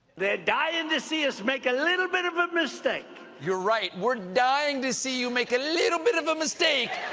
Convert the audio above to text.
they're dying to see us make a little bit of a mistake. stephen you're right. we're dying to see you make a little bit of a mistake.